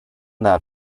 that